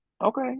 Okay